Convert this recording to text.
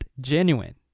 genuine